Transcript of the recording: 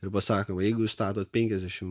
ir pasakoma jeigu jūs statot penkiasdešimt